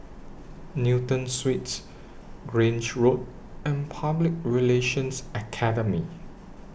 Newton Suites Grange Road and Public Relations Academy